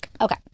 okay